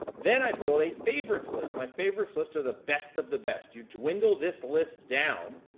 then, i built a favorites list. my favorites list are the best of the best. you dwindle this list down,